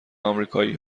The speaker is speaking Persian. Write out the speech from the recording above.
آمریکایی